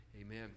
amen